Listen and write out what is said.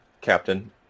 Captain